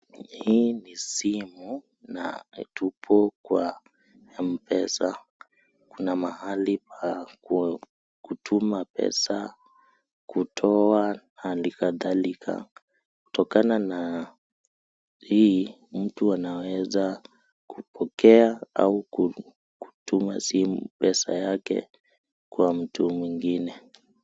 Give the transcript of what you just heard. Hii ni simu na tupo kwa M-pesa kuna mahali pa kutuma pesa, kutoa na hali kadhalika. Kutokana na hii, mtu anaeza kupokea au kutuma simu pesa yake kwa mtu mwingine.